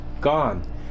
gone